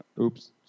Oops